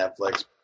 Netflix